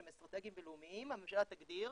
שהם אסטרטגיים ולאומיים, נכון הממשלה תגדיר